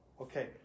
Okay